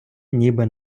ніби